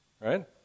Right